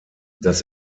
das